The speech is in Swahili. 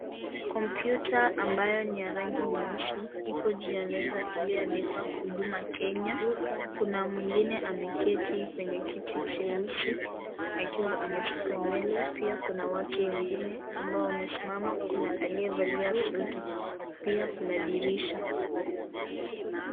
Kompyuta ambayo ni ya rangi nyeusi ipo juu ya meza iliyoandikwa huduma kenya kuna mwingine ameketi kwenye kiti cheusi akiwa amesuka nywele pia kuna watu wengine ambao wamesimama kuna aliyevalia suti pia kuna dirisha.